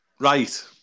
Right